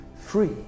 free